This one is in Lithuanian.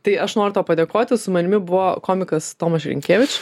tai aš noriu tau padėkoti su manimi buvo komikas tomaš rynkevič